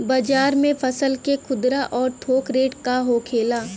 बाजार में फसल के खुदरा और थोक रेट का होखेला?